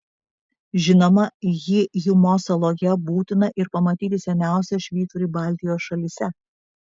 žinoma hyjumos saloje būtina ir pamatyti seniausią švyturį baltijos šalyse